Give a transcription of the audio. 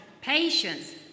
patience